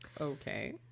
Okay